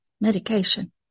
medication